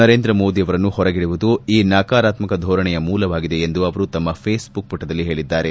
ನರೇಂದ್ರ ಮೋದಿ ಅವರನ್ನು ಹೊರಗಿಡುವುದು ಈ ನಕರಾತ್ಮಕ ಧೋರಣೆಯ ಮೂಲವಾಗಿದೆ ಎಂದು ಅವರು ತಮ್ನ ಫೇಸ್ಬುಕ್ ಪುಟದಲ್ಲಿ ಹೇಳಿದ್ದಾರೆ